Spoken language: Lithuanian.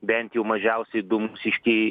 bent jau mažiausiai du mūsiškiai